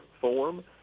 form